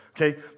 Okay